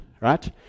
right